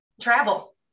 travel